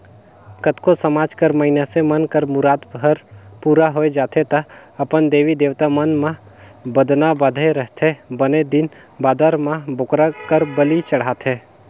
कतको समाज कर मइनसे मन कर मुराद हर पूरा होय जाथे त अपन देवी देवता मन म बदना बदे रहिथे बने दिन बादर म बोकरा कर बली चढ़ाथे